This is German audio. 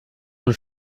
und